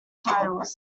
titles